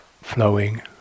flowing